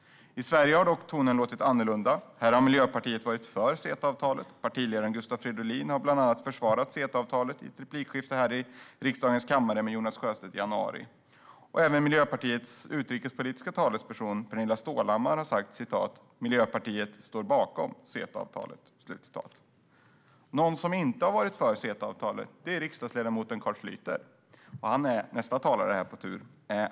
I Sverige har tonen dock varit annorlunda. Här har Miljöpartiet varit för CETA-avtalet. Partiledaren Gustav Fridolin har bland annat försvarat CETA-avtalet i ett replikskifte här i riksdagens kammare med Jonas Sjöstedt i januari. Även Miljöpartiets utrikespolitiska talesperson Pernilla Stålhammar har sagt: Miljöpartiet står bakom CETA-avtalet. Någon som inte har varit för CETA-avtalet är riksdagsledamoten Carl Schlyter. Han är nästa talare här på tur.